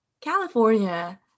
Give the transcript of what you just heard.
California